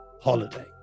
Holiday